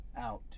out